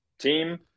team